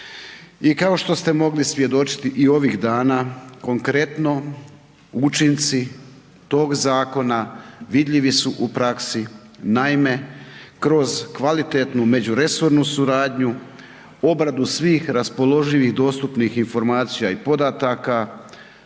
I kao što ste mogli svjedočiti i ovih dana konkretno učinci tog zakona vidljivi su u praksi kroz kvalitetnu međunarodnu suradnju, obradu svih raspoloživih, dostupnih informacija i podataka